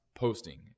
posting